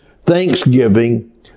thanksgiving